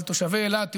אבל תושבי אילת,